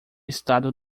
estado